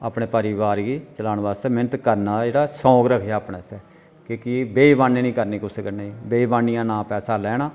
अपने परोआर गी चलाने आस्तै मेह्नत करना जेह्ड़ा शौक रखचै अपने असें की के बेईमानी निं करनी कुसै बेईमानी दा नां पैसा लैना